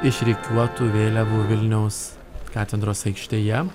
išrikiuotų vėliavų vilniaus katedros aikštėje